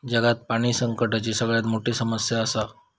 जगात पाणी संकटाची सगळ्यात मोठी समस्या आसा